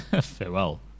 Farewell